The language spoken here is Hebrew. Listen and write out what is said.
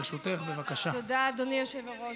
תודה, אדוני היושב-ראש.